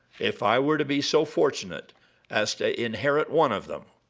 if i were to be so fortunate as to inherit one of them,